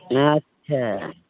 अच्छा